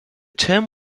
term